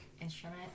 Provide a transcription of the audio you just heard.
instrument